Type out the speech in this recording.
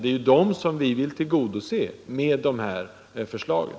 Det är ju de synpunkterna som vi vill tillgodose med förslaget.